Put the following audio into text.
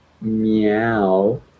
meow